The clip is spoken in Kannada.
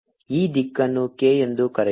ಈ ದಿಕ್ಕನ್ನು k ಎಂದು ಕರೆಯೋಣ